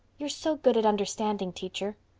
you're so good at understanding, teacher.